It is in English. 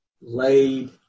laid